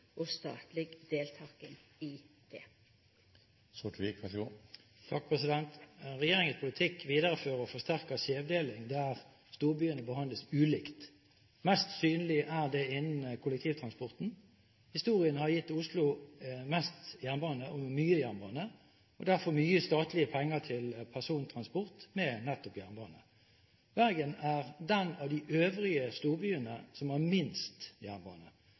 og statleg deltaking i det. Regjeringens politikk viderefører og forsterker skjevdeling, der storbyene behandles ulikt. Mest synlig er det innen kollektivtransporten. Historien har gitt Oslo mest jernbane, og mye jernbane, og derfor mye statlige penger til persontransport med nettopp jernbane. Bergen er den av de øvrige storbyene som har minst jernbane.